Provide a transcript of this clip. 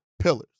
pillars